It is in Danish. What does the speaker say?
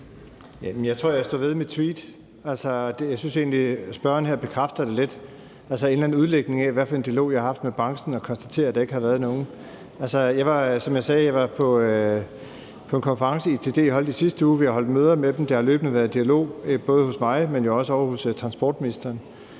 Jeg tror, at jeg står ved mit tweet. Jeg synes egentlig, at spørgeren her bekræfter det lidt. Altså, der er en eller anden udlægning af, hvad for en dialog vi har haft med branchen, og så konstaterer man, at der ikke har været nogen. Jeg var, som jeg sagde, på en konference, ITD holdt i sidste uge. Vi har holdt møder med dem. Der har løbende været dialog, både hos mig, men jo også ovre hos transportministeren.